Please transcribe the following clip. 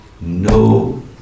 no